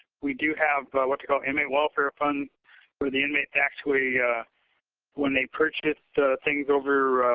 we do have what they call inmate welfare funds where the inmates actually when they purchase things over